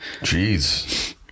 Jeez